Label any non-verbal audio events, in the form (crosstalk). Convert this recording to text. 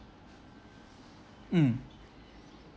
mm (breath)